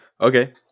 Okay